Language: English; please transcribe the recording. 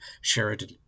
Sheridan